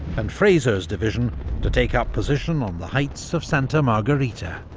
and fraser's division to take up position on the heights of santa margarita.